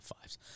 fives